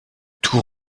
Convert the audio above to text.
tout